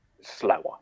slower